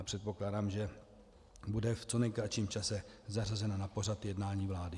Předpokládám, že bude v co nejkratším čase zařazena na pořad jednání vlády.